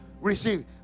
receive